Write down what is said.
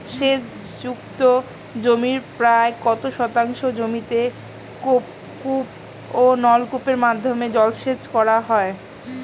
সেচ যুক্ত জমির প্রায় কত শতাংশ জমিতে কূপ ও নলকূপের মাধ্যমে জলসেচ করা হয়?